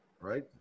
right